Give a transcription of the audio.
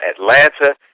Atlanta